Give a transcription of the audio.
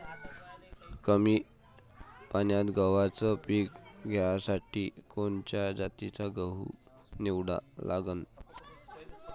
कमी पान्यात गव्हाचं पीक घ्यासाठी कोनच्या जातीचा गहू निवडा लागन?